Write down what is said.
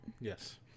Yes